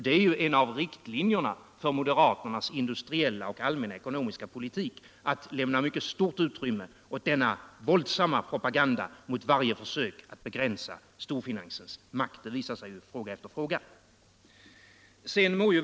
Det är ju en av riktlinjerna för moderaternas industriella och allmänekonomiska politik att lämna mycket stort utrymme åt denna våldsamma propaganda mot varje försök att begränsa storfinansens makt. Det visar sig i fråga efter fråga.